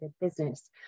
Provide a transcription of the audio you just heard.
business